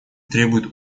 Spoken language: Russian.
требует